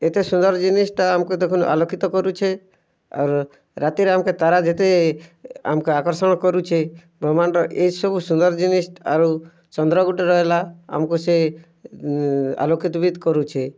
ଏତେ ସୁନ୍ଦର୍ ଜିନିଷ୍ଟା ଆମକୁ ଏତେ ଆଲୋକିତ କରୁଛେ ଆଉ ରାତି ଆମକେ ତାରା ଯେତେ ଆମକେ ଆକର୍ଷଣ କରୁଛେ ବ୍ରହ୍ମାଣ୍ଡ ଏ ସବୁ ସୁନ୍ଦର୍ ଜିନିଷ୍ ଆରୁ ଚନ୍ଦ୍ର ଗୁଟେ ରହେଲା ଆମକୁ ସେ ଆଲୋକିତ୍ ବି କରୁଛେ